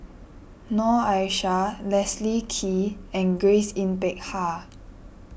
Noor Aishah Leslie Kee and Grace Yin Peck Ha